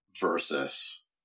versus